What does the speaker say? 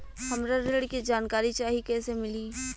हमरा ऋण के जानकारी चाही कइसे मिली?